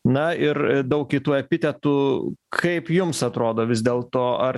na ir daug kitų epitetų kaip jums atrodo vis dėlto ar